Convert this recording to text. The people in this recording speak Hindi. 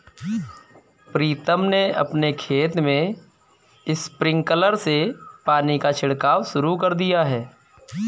प्रीतम ने अपने खेत में स्प्रिंकलर से पानी का छिड़काव शुरू कर दिया है